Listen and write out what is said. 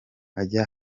ajya